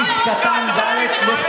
אהה, הבנתי.